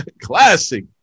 Classic